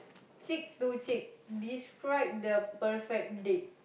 cheek to cheek describe the perfect date